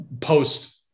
post-